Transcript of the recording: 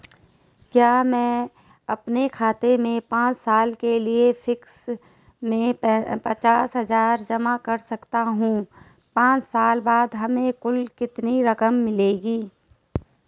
क्या मैं अपने खाते में पांच साल के लिए फिक्स में पचास हज़ार जमा कर सकता हूँ पांच साल बाद हमें कुल कितनी रकम मिलेगी?